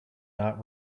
not